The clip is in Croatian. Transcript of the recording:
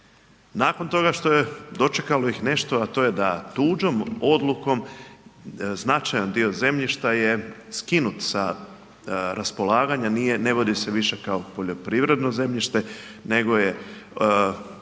Nakon toga što ih je dočekalo nešto, a to je da tuđom odlukom značajan dio zemljišta je skinut sa raspolaganja, ne vodi se više kao poljoprivredno zemljište nego je